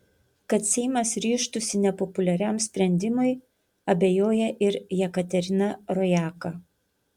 kad seimas ryžtųsi nepopuliariam sprendimui abejoja ir jekaterina rojaka